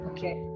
Okay